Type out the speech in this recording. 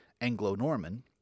Anglo-Norman